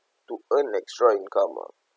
to earn extra income ah